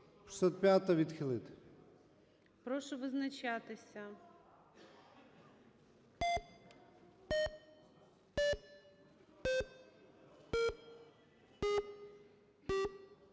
її відхилити. Прошу визначатися.